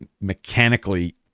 mechanically